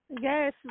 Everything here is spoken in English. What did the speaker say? Yes